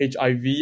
HIV